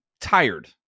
tired